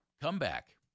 comeback